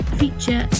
feature